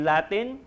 Latin